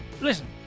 Listen